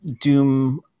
Doom